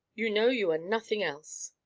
you know you are nothing else.